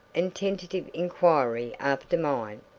and tentative inquiry after mine.